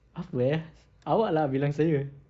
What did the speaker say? apa eh awak lah bilang saya